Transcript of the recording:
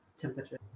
temperature